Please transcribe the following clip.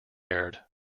aired